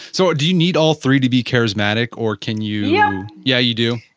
so do you need all three to be charismatic or can you, yeah yeah, you do?